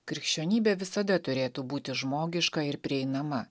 krikščionybė visada turėtų būti žmogiška ir prieinama